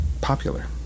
popular